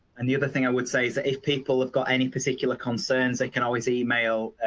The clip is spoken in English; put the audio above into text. and the other thing i would say is that if people have got any particular concerns, they can always email.